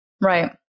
Right